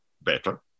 better